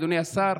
אדוני השר,